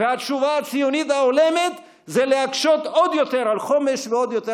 והתשובה הציונית ההולמת היא להקשות עוד יותר על חומש ועוד יותר